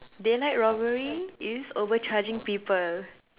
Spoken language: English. daylight robbery is overcharging people